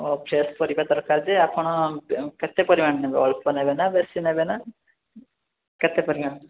ଓ fresh ପରିବା ଦରକାର ଯେ ଆପଣ କେତେ ପରିମାଣରେ ନେବେ ଅଳ୍ପ ନେବେନା ବେଶୀ ନେବେନା କେତେ ପରିମାଣ